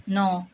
ਨੌਂ